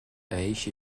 eixe